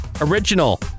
original